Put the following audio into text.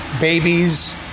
babies